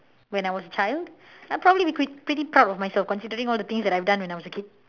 when I was a child I'll probably be pret~ pretty proud of myself considering all the things I've done when I was a kid